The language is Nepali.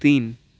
तिन